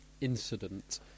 incident